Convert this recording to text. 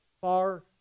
far